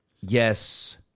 Yes